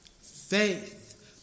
Faith